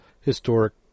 Historic